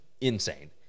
insane